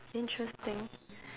interesting